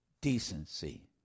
decency